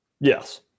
Yes